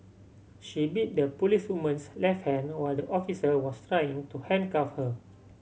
she bit the policewoman's left hand no while the officer was trying to handcuff her